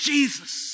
Jesus